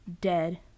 dead